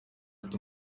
ati